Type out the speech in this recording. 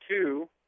two